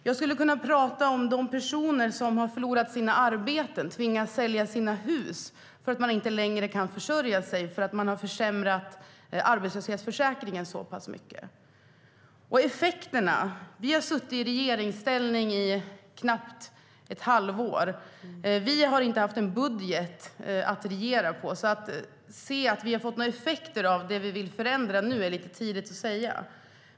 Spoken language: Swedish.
Jag skulle kunna tala om de personer som har förlorat sina arbeten och tvingats sälja sina hus för att de inte längre kan försörja sig eftersom ni försämrade arbetslöshetsförsäkringen så mycket. Vi har suttit i regeringsställning i knappt ett halvår och inte haft en budget att regera efter. Det är därför lite tidigt att tala om effekter av det vi vill förändra.